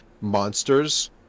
monsters